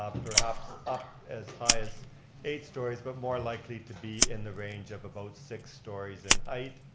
perhaps up as high as eight stories, but more likely to be in the range of about six stories in height.